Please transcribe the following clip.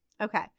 Okay